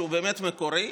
שהוא באמת מקורי,